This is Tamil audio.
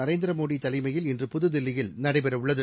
நரேந்திரமோடி தலைமையில் இன்று புதுதில்லியில் நடைபெற உள்ளது